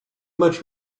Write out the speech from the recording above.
much